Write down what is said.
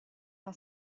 una